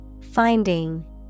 Finding